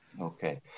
Okay